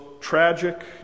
tragic